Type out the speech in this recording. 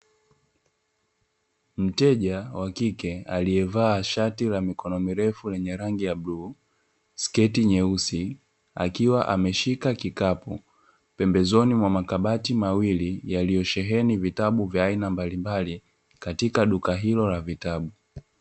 Mteja wa kike aliyevaa shati la mikono mirefu lenye rangi ya bluu, sketi nyeusi akiwa ameshika kikapu pembezoni mwa kabati mawili yaliyosheheni vitabu vya aina mbalimbali katika duka hilo la vitabu.